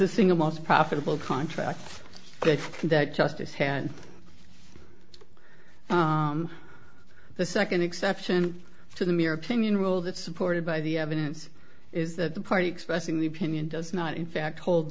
the single most profitable contract that justice had the nd exception to the mere opinion rule that supported by the evidence is that the party expressing the opinion does not in fact hold